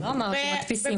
אבל לא אמרת שמדפיסים לנו.